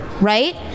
right